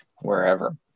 wherever